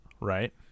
Right